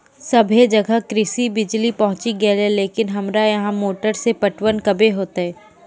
सबे जगह कृषि बिज़ली पहुंची गेलै लेकिन हमरा यहाँ मोटर से पटवन कबे होतय?